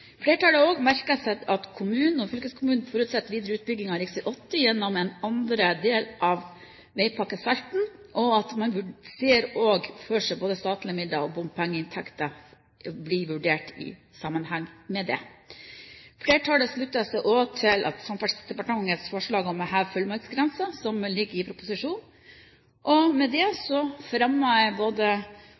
Flertallet har også merket seg at både kommunen og fylkeskommunen forutsetter videre utbygging av rv. 80 gjennom en andre del av Vegpakke Salten fase 2. Man ser også for seg at både statlige midler og bompengeinntekter blir vurdert i sammenheng med det. Flertallet slutter seg også til Samferdselsdepartementets forslag om å heve fullmaktsgrensen som ligger i proposisjonen. Med dette anbefaler jeg på varmeste flertallsinnstillingen i saken og gratulerer Bodø og Nordland med